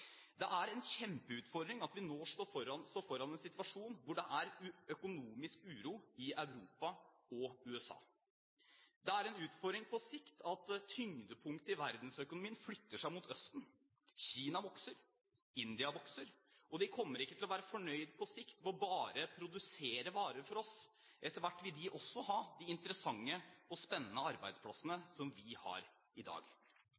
en kjempeutfordring når vi nå står foran en situasjon med økonomisk uro i Europa og USA. Det er en utfordring på sikt at tyngdepunktet i verdensøkonomien flytter seg mot Østen. Kina vokser, India vokser, og de kommer ikke til å være fornøyd på sikt med bare å produsere varer for oss. Etter hvert vil de også ha de interessante og spennende arbeidsplassene som vi har i dag.